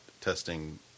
testing